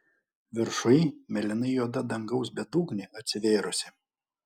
viršuj mėlynai juoda dangaus bedugnė atsivėrusi